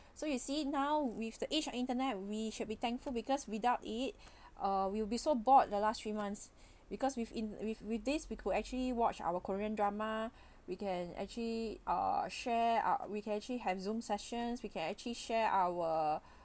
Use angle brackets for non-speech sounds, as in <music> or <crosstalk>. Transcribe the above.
<breath> so you see now with the age of internet we should be thankful because without it <breath> uh we will be so bored the last three months <breath> because with in with with this we could actually watch our korean drama <breath> we can actually uh share uh we can actually have zoom sessions we can actually share our <breath>